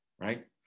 right